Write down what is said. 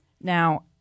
Now